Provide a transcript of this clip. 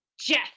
Jeff